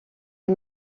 des